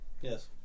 yes